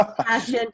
passion